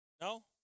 No